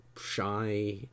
shy